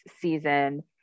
season